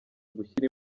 gushyira